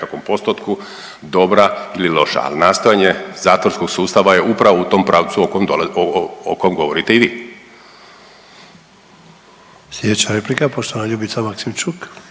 nekakvom postotku dobra ili loša, ali nastojanje zatvorskog sustava je upravo u tom pravcu o kom govorite i vi. **Sanader, Ante (HDZ)** Slijedeća replika poštovana Ljubica Maksimčuk.